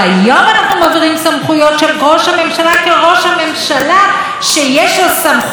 כראש הממשלה שיש לו סמכויות על ענייני תקשורת.